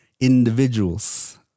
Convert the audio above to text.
individuals